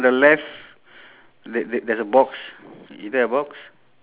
there's one there's one lady throwing a ball lah